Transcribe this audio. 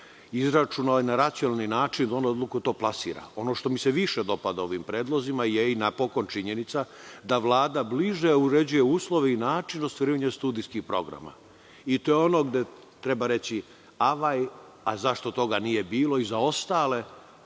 izračunao je na racionalni način i doneo odluku da to plasira. Ono što mi se više dopada ovim predlozima je i napokon činjenica da Vlada bliže uređuje uslove i način ostvarivanje studijskih programa. I to je ono gde treba reći - avaj, a zašto toga nije bilo i za ostale